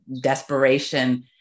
desperation